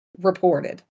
reported